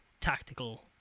tactical